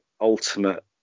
ultimate